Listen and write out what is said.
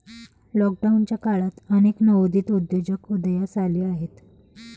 लॉकडाऊनच्या काळात अनेक नवोदित उद्योजक उदयास आले आहेत